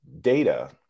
data